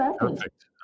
perfect